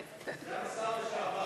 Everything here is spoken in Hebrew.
סגן השר לשעבר.